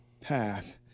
path